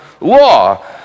law